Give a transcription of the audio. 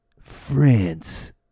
France